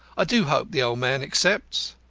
i do hope the old man accepts.